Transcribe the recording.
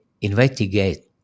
investigate